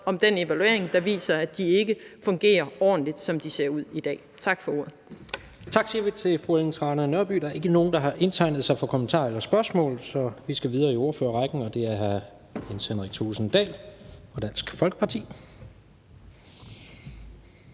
om den evaluering, der viser, at de ikke fungerer ordentligt, som de ser ud i dag. Tak for ordet. Kl. 16:54 Tredje næstformand (Jens Rohde): Tak siger vi til fru Ellen Trane Nørby. Der er ikke nogen, der har indtegnet sig for kommentarer eller spørgsmål, så vi skal videre i ordførerrækken. Det er hr. Jens Henrik Thulesen Dahl fra Dansk Folkeparti.